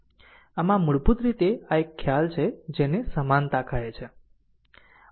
આમ આ મૂળભૂત રીતે આ એક ખ્યાલ છે જેને સમાનતા કહે છે